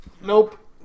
nope